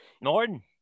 Norton